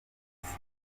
nziza